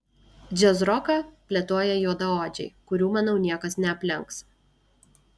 džiazroką plėtoja juodaodžiai kurių manau niekas neaplenks